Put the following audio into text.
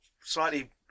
slightly